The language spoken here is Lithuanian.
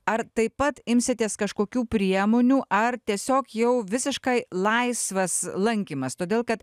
ar taip pat imsitės kažkokių priemonių ar tiesiog jau visiškai laisvas lankymas todėl kad